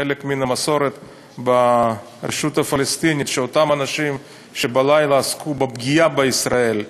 חלק מן המסורת ברשות הפלסטינית שאותם אנשים שבלילה עסקו בפגיעה בישראל,